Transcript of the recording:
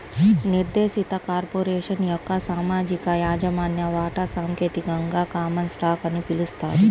నిర్దేశిత కార్పొరేషన్ యొక్క ప్రామాణిక యాజమాన్య వాటా సాంకేతికంగా కామన్ స్టాక్ అని పిలుస్తారు